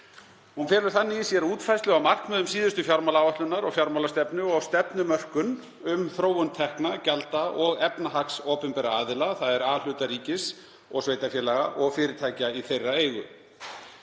Hún felur þannig í sér útfærslu á markmiðum síðustu fjármálaáætlunar og fjármálastefnu og stefnumörkun um þróun tekna, gjalda og efnahags opinberra aðila, þ.e. A-hluta ríkis og sveitarfélaga og fyrirtækja í þeirra eigu.